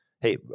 Hey